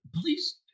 please